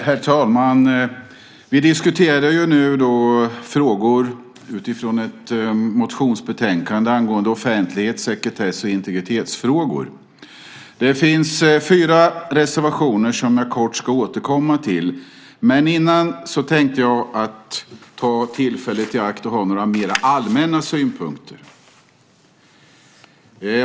Herr talman! Vi diskuterar nu frågor utifrån ett motionsbetänkande angående offentlighets-, sekretess och integritetsfrågor. Det finns fyra reservationer som jag kort ska återkomma till. Men först tänkte jag ta tillfället i akt att ge några mer allmänna synpunkter.